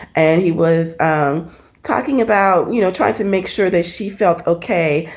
and he was um talking about, you know, trying to make sure that she felt okay,